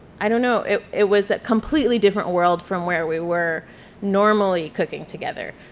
i don't know it it was a completely different world from where we were normally cooking together.